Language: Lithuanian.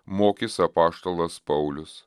mokys apaštalas paulius